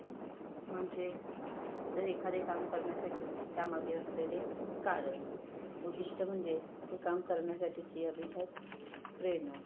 म्हणजे जर एखादे काम करण्यासाठी त्यामागे असलेले कारण उद्दिष्ट म्हणजे ते काम करण्यासाठीची अभिजात प्रेरणा